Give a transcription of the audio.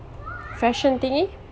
fashion thingy